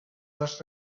las